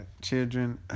Children